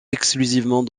exclusivement